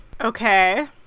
Okay